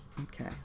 okay